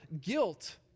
guilt